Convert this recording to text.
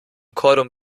cordon